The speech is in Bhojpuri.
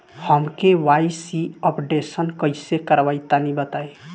हम के.वाइ.सी अपडेशन कइसे करवाई तनि बताई?